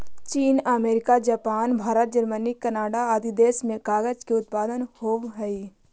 चीन, America, Japan, Bharat, Germany, Canada आदि देश में कागज के उत्पादन होवऽ हई